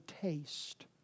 taste